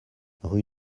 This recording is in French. rue